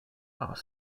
are